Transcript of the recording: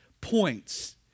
points